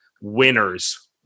winners